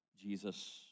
Jesus